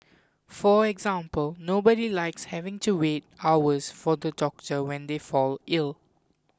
for example nobody likes having to wait hours for the doctor when they fall ill